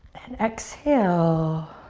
and exhale,